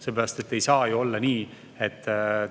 küsimus. Ei saa ju olla nii, et